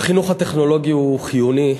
החינוך הטכנולוגי הוא חיוני,